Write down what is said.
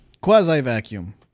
Quasi-vacuum